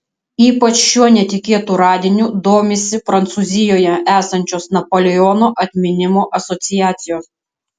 ypač šiuo netikėtu radiniu domisi prancūzijoje esančios napoleono atminimo asociacijos